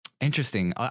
Interesting